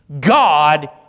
God